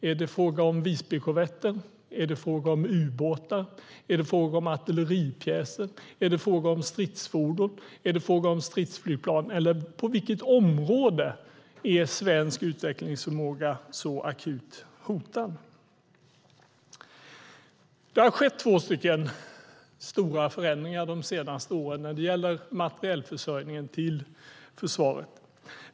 Är det fråga om Visbykorvetten? Är det fråga om ubåtar? Är det fråga om artilleripjäser? Är det fråga om stridsfordon? Är det fråga om stridsflygplan? På vilket område är svensk utvecklingsförmåga så akut hotad? Det har skett två stora förändringar de senaste åren när det gäller materielförsörjningen till försvaret.